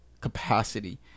capacity